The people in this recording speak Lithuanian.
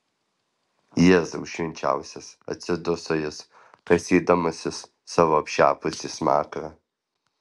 jėzau švenčiausias atsiduso jis kasydamasis savo apšepusį smakrą